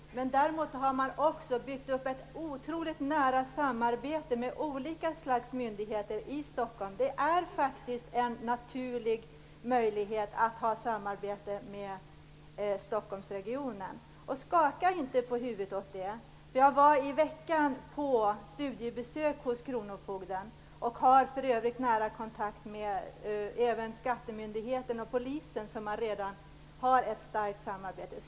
Herr talman! Det gör inte det. Däremot har man byggt upp ett otroligt nära samarbete med olika slags myndigheter i Stockholm. Det är faktiskt naturligt att ha samarbete med Stockholmsregionen. Skaka inte på huvudet åt det, Göran Magnusson! Jag var i veckan på studiebesök hos kronofogdemyndigheten och har för övrigt nära kontakt med även skattemyndigheten och med polis, som man redan har ett starkt samarbete med.